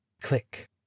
Click